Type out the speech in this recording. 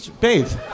Bathe